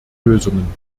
lösungen